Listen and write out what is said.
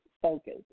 Focus